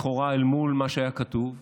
לכאורה, אל מול מה שהיה כתוב,